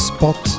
Spot